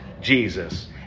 Jesus